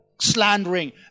slandering